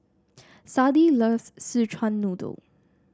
Sadie loves Szechuan Noodle